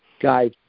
guys